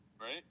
Right